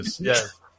yes